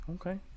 okay